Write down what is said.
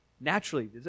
Naturally